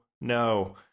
no